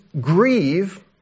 grieve